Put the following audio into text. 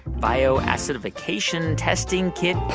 bio-acidification testing kit,